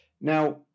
Now